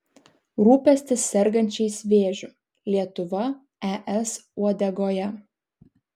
rūpestis sergančiais vėžiu lietuva es uodegoje